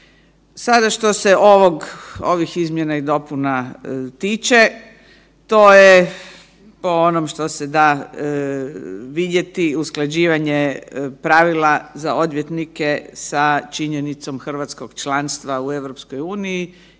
Sada što se ovih izmjena i dopuna tiče, to je po onom što se da vidjeti usklađivanje pravila za odvjetnike sa činjenicom hrvatskog članstva u EU